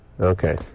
Okay